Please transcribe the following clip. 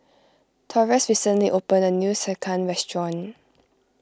Taurus recently opened a new Sekihan restaurant